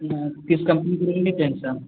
ना किस कम्पनी की लेंगे पेन्सल